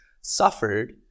suffered